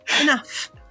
enough